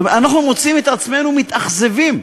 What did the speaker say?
אנחנו מוצאים את עצמנו מתאכזבים,